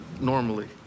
Normally